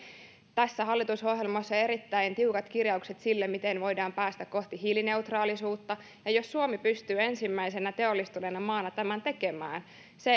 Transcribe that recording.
tässä hallitusohjelmassa on erittäin tiukat kirjaukset sille miten voidaan päästä kohti hiilineutraalisuutta ja jos suomi pystyy ensimmäisenä teollistuneena maana tämän tekemään sen